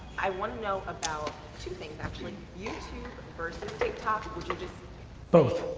i wanna know about two things, actually. youtube versus tiktok, would you just both.